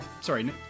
sorry